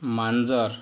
मांजर